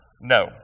No